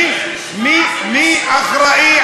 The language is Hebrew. מה זה קשור בכלל?